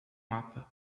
mapa